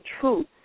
truth